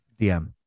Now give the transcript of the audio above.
DM